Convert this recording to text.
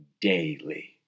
Daily